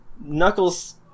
Knuckles